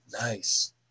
Nice